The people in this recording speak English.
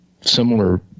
Similar